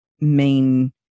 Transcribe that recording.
main